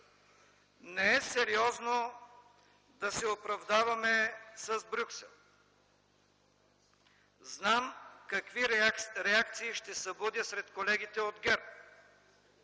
Не е серозно да се оправдаваме с Брюксел. Знам какви реакции ще събудя сред колегите от ГЕРБ,